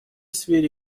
сфере